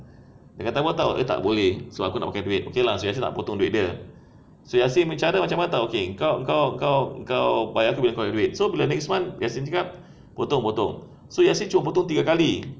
dia kata apa [tau] dia tak boleh sebab aku nak pakai duit okay lah rasa yasin nak potong duit dia si yasin punya cara macam mana [tau] okay engkau engkau kau bayar aku balik duit so bila next month yasin cakap potong potong so yasin cuma potong tiga kali